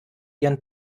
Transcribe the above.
ihren